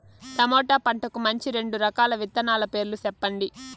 tomato పంటకు మంచి రెండు రకాల విత్తనాల పేర్లు సెప్పండి